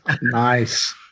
Nice